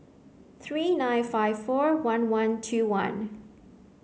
three nine five four one one two one